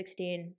2016